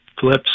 flips